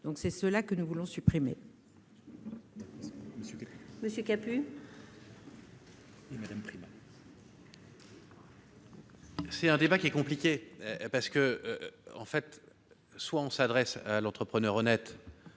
C'est ce que nous voulons supprimer.